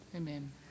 Amen